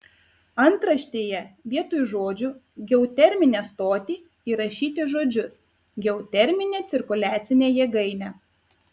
antraštėje vietoj žodžių geoterminę stotį įrašyti žodžius geoterminę cirkuliacinę jėgainę